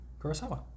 Kurosawa